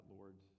Lord